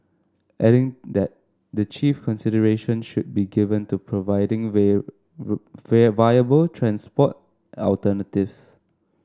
adding that the chief consideration should be given to providing will would where viable transport alternatives